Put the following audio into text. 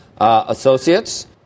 Associates